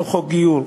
אותו חוק גיור,